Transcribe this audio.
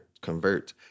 convert